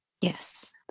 Yes